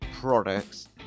products